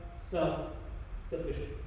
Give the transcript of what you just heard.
self-sufficient